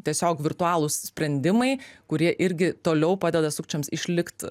tiesiog virtualūs sprendimai kurie irgi toliau padeda sukčiams išlikti